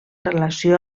relació